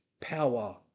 power